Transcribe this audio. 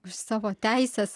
už savo teises